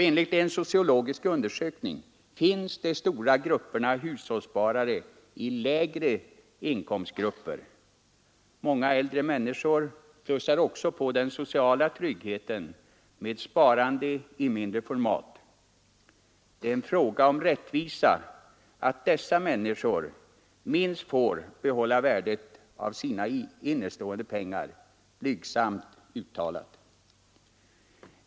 Enligt en sociologisk undersökning finns de stora grupperna hushållssparare i lägre inkomstskikt. Många äldre människor plussar också på den sociala tryggheten med sparande i mindre format. Det är en fråga om rättvisa att dessa människor minst får behålla värdet av sina innestående pengar, blygsamt uttalat.